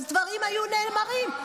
אז דברים היו נאמרים.